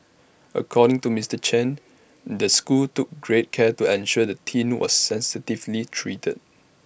according to Mister Chen the school took great care to ensure the teen was sensitively treated